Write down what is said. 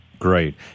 Great